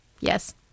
Yes